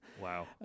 Wow